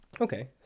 okay